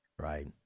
Right